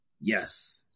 Yes